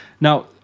now